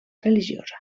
religiosa